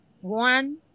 one